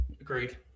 Agreed